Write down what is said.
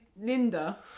Linda